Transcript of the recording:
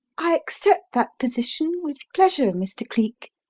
i accept that position with pleasure, mr. cleek,